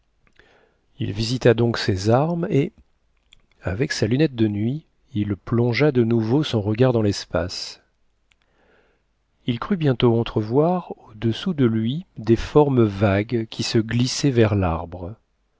il visita donc ses armes et avec sa lunette de nuit il plongea de nouveau son regard dans l'espace il crut bientôt entrevoir au-dessous de lui des formes vagues qui se glissaient vers larbre